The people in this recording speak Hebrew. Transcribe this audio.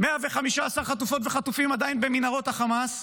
115 חטופות וחטופים עדיין במנהרות החמאס,